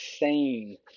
insane